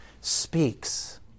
speaks